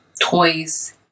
toys